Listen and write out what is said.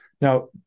Now